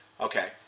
Okay